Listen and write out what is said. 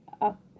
up